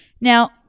now